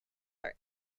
are